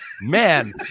man